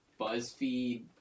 BuzzFeed